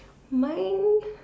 mine